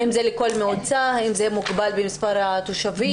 האם זה לכל מועצה, האם זה מוגבל במספר התושבים?